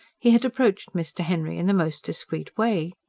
he had approached mr. henry in the most discreet way.